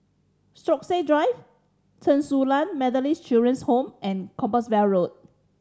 Stokesay Drive Chen Su Lan Methodist Children's Home and Compassvale Road